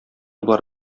болар